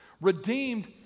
redeemed